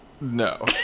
no